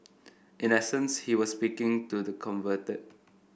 in essence he was speaking to the converted